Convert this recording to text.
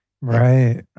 Right